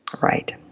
Right